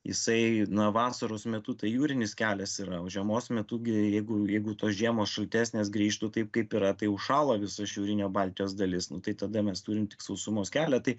jisai na vasaros metu tai jūrinis kelias yra o žiemos metu gi jeigu jeigu tos žiemos šaltesnės grįžtų taip kaip yra tai užšąla visa šiaurinė baltijos dalis nu tai tada mes turim tik sausumos kelią tai